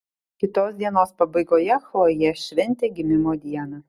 kitos dienos pabaigoje chlojė šventė gimimo dieną